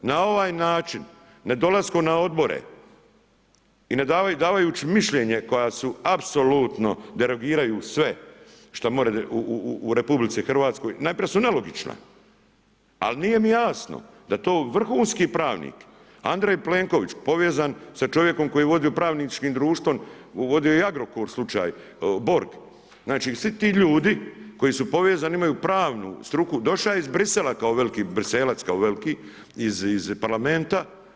Na ovaj način, ne dolaskom na odbore i davajući mišljenje koja su apsolutno … sve što može u RH, najprije su nelogična, ali nije mi jasno da to vrhunski pravnik Andrej Plenković povezan sa čovjekom koji je vodio pravničkim društvom, koji je vodio i Agrokor slučaj Borg, znači svi ti ljudi koji su povezani imaju pravnu struku došao iz Bruxellesa kao veliki briselac, kao veliki iz parlamenta.